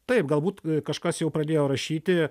taip galbūt kažkas jau pradėjo rašyti